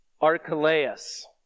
Archelaus